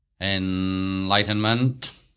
enlightenment